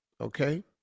okay